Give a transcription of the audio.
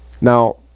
now